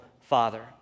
Father